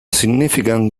significant